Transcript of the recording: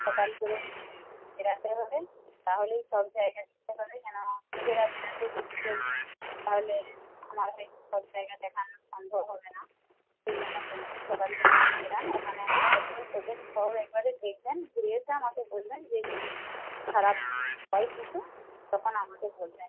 সকাল করে বেরোতে হবে তাহলেই সব জায়গা দেখতে পাবে কেননা নিজেরা বেরোতে দেরি করলে তাহলে আমাদের সব জায়গা দেখানো সম্ভব হবে না সেই জন্য বলছি সকাল করে যদি বেরোন ওখানে আপনি হোটেল টোটেল সব একবারে দেখবেন ঘুরে এসে আমাকে বলবেন দিয়ে যদি খারাপ হয় কিছু তখন আমাকে বলবেন